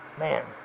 Man